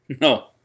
No